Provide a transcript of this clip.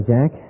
Jack